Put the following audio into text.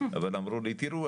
אבל אמרו לי תראו,